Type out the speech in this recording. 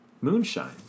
moonshine